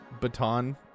baton